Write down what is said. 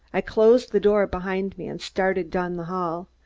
i closed the door behind me and started down the hall.